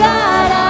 God